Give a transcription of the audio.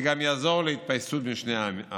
זה גם יעזור להתפייסות בין שני העמים.